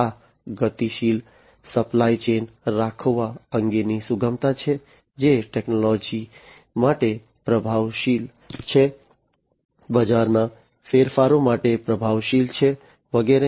આ ગતિશીલ supply chains રાખવા અંગેની સુગમતા છે જે ટેક્નોલોજી માટે પ્રતિભાવશીલ છે બજારના ફેરફારો માટે પ્રતિભાવશીલ છે વગેરે